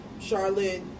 Charlotte